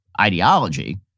ideology